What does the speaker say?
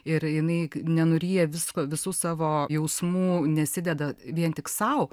ir jinai nenuryja visko visų savo jausmų nesideda vien tik sau